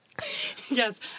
yes